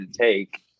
take